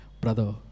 brother